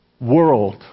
world